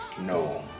No